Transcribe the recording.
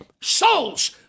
souls